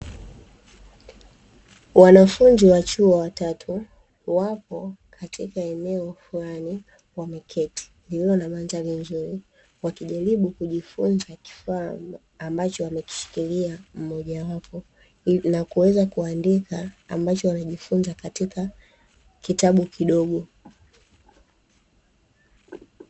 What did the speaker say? Wanafunzi wa chuo watatu, wapo katika eneo fulani wameketi, lililo na mandhari nzuri, wakijaribu kujifunza kifaa ambacho wamekishikilia mmojawapo, na kuweza kuandika ambacho wanajifunza katika kitabu kidogo.